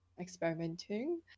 experimenting